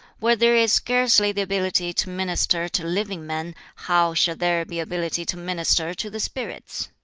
where there is scarcely the ability to minister to living men, how shall there be ability to minister to the spirits?